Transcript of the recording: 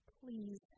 Please